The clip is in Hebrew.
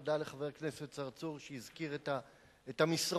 תודה לחבר הכנסת צרצור שהזכיר את המסרון.